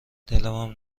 دلمم